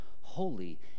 Holy